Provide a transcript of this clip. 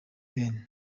ben